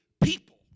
people